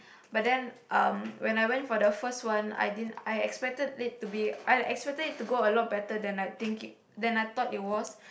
but then um when I went for the first one I didn't I expected it to be I expected it to go a lot better than I think than I thought it was